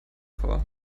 vor